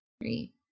Three